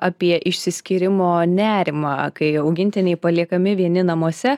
apie išsiskyrimo nerimą kai augintiniai paliekami vieni namuose